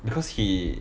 because he